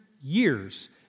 years